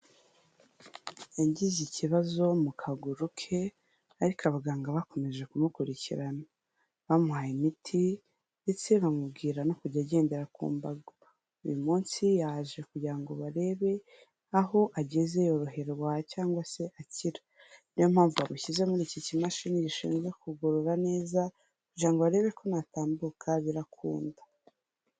Yagize ikibazo mu kaguru ke, ariko abaganga bakomeje kumukurikirana, bamuhaye imiti ndetse bamubwira no kujya agendera ku mbago. Uyu munsi yaje kugira ngo barebe aho ageze yoroherwa cyangwa se akira. Niyo mpamvu bamushyize muri iki kimashini gishinzwe kugorora neza, kugira ngo barebe ko natambuka birakunda.